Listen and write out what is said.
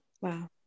Wow